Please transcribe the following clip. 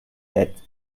that